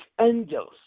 angels